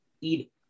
eat